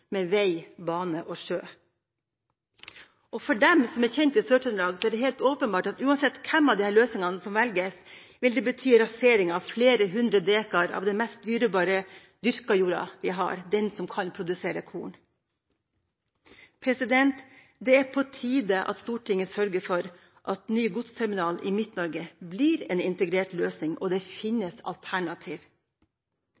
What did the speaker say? med vei, bane og sjø. For dem som er kjent i Sør-Trøndelag, er det helt åpenbart at uansett hvem av disse løsningene som velges, vil det bety rasering av flere hundre dekar av den beste dyrkede jorda vi har, den som kan produsere korn. Det er på tide at Stortinget sørger for at ny godsterminal i Midt-Norge blir en integrert løsning, og det